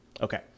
Okay